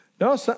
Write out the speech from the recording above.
No